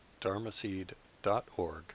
dharmaseed.org